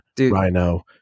Rhino